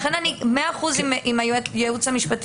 לכן אני מאה אחוזים עם היועץ המשפטי.